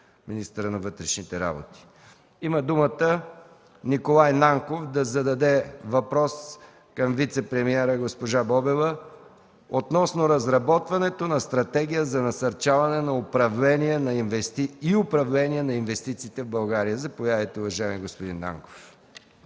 министъра на вътрешните работи. Има думата Николай Нанков да зададе въпрос към вицепремиера госпожа Бобева относно разработването на стратегия за насърчаване и управление на инвестициите в България. Заповядайте, уважаеми господин Нанков.